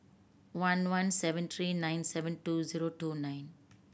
one one seven three nine seven two zero two nine